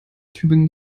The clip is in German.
tübingen